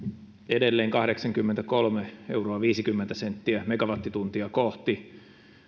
edelleen kahdeksankymmentäkolme euroa viisikymmentä senttiä megawattituntia kohti